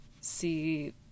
see